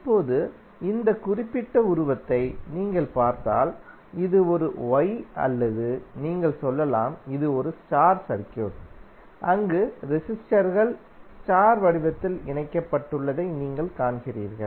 இப்போது இந்த குறிப்பிட்ட உருவத்தை நீங்கள் பார்த்தால் இது ஒரு ஒய் அல்லது நீங்கள் சொல்லலாம் இது ஒரு ஸ்டார் சர்க்யூட் அங்கு ரெசிஸ்டென்ஸ்கள் ஸ்டார் வடிவத்தில் இணைக்கப்பட்டுள்ளதை நீங்கள் காண்கிறீர்கள்